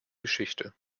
geschichte